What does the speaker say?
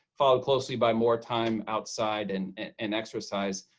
followed closely by more time outside and and exercise.